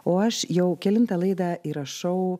o aš jau kelintą laidą įrašau